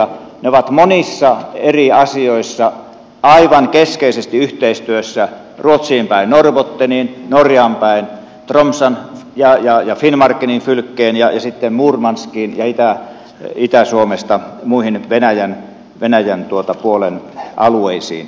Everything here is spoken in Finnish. ne ovat monissa eri asioissa aivan keskeisesti yhteistyössä ruotsiin päin norrbotteniin norjaan päin tromssaan ja finnmark fylkeen ja sitten murmanskiin ja itä suomesta muihin venäjän puolen alueisiin